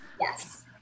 Yes